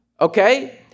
okay